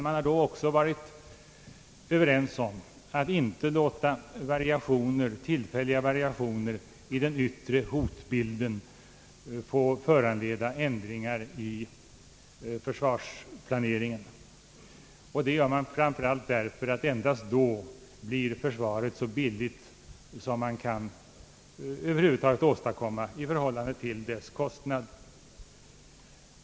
Man har då också varit överens om att inte låta tillfälliga variationer i den yttre hotbilden föranleda ändringar i försvarsplaneringen, ty endast vid kontinuitet kan försvaret få den högsta effektivitet som är möjlig att åstadkomma i utbyte mot kostnaderna.